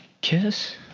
kiss